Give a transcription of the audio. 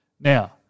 Now